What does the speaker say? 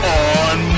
on